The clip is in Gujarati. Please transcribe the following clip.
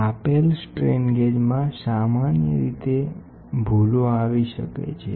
તેથી ત્યાં સામાન્ય રીતે ત્યાં આ સ્ટ્રેન ગેજીસમાં ભૂલો થાય છે